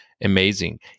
amazing